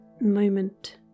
moment